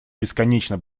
бесконечно